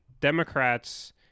Democrats